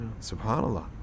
SubhanAllah